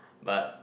but